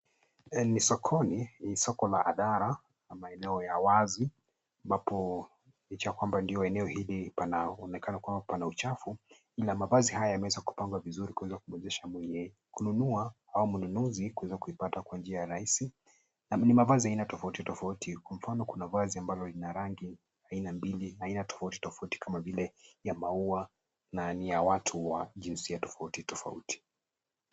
Ni soko ya hadhara au soko ya eneo wazi. Eneo linaonekana kuwa na uchafu, na mavazi haya yameweza kupangwa vizuri kuonyesha mwenye kunua au mnunuzi kuweza kuipata Kwa njia rahisi. Ni mavazi ya aina tofauti tofauti, kwa mfano kuna vazi ambalo lina rangi aina tofauti tofauti kama vile ya maua na ni ya watu wa jinsia tofauti tofauti.